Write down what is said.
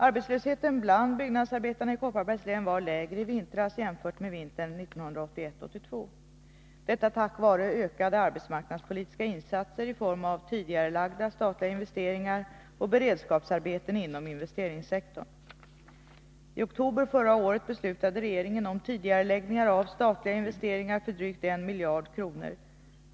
Arbetslösheten bland byggnadsarbetarna i Kopparbergs län var lägre i vintras jämfört med vintern 1981/82 — detta tack vare ökade arbetsmarknadspolitiska insatser i form av tidigarelagda statliga investeringar och beredskapsarbeten inom investeringssektorn. I oktober förra året beslutade regeringen om tidigareläggningar av statliga investeringar för drygt en miljard kronor.